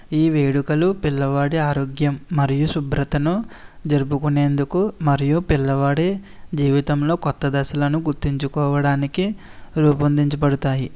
ఈ వేడుకలు పిల్లవాడి ఆరోగ్యం మరియు శుభ్రతను జరుపుకునేందుకు మరియు పిల్లవాడి జీవితంలో కొత్త దశలను గుర్తించుకోవడానికి రూపొందించబడతాయి